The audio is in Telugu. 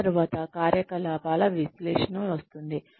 ఆ తరువాత కార్యకలాపాల విశ్లేషణ వస్తుంది